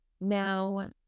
now